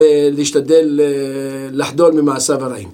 ולהשתדל לחדול ממעשיו הרעים